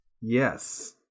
Yes